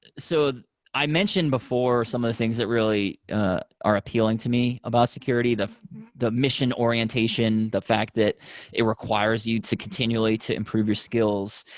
so i mentioned before some of the things that really are appealing to me about security, the the mission orientation, the fact that it requires you to continually to improve your skills.